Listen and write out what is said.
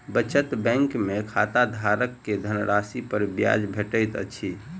बचत बैंक में खाताधारक के धनराशि पर ब्याज भेटैत अछि